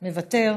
מוותר,